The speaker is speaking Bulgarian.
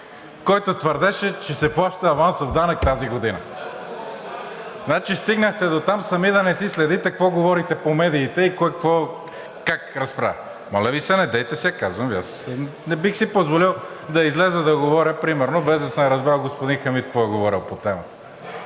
който твърдеше, че се плаща авансов данък тази година. Стигнахте дотам сами да не си следите какво говорите по медиите и кой какво как разправя. Моля Ви, недейте сега, казвам Ви, аз не бих си позволил да изляза да говоря примерно, без да съм разбрал господин Хамид какво е говорил по темата.